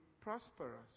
prosperous